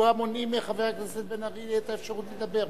מדוע מונעים מחבר הכנסת בן-ארי את האפשרות לדבר?